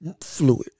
fluid